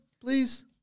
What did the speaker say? Please